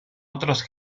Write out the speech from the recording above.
otros